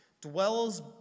dwells